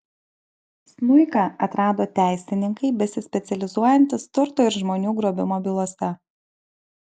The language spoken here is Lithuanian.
smuiką atrado teisininkai besispecializuojantys turto ir žmonių grobimo bylose